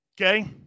Okay